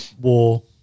war